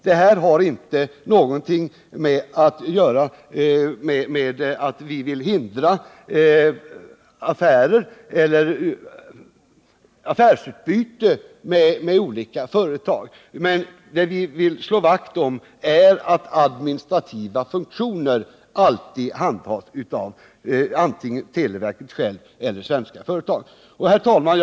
Detta betyder inte att vi vill hindra affärsutbyte med Torsdagen den olika företag, men det vi vill slå vakt om är att administrativa funktioner alltid 15 mars 1979 handhas av antingen televerket självt eller svenska företag. Herr talman!